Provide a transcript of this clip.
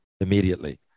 immediately